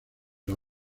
las